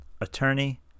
Attorney